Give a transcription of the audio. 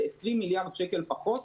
זה 20 מיליארד שקל פחות,